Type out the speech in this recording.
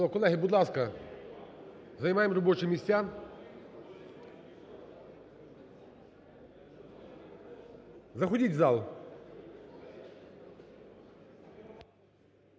Колеги, будь ласка, займаємо робочі місця. Заходьте в зал.